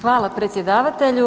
Hvala predsjedavatelju.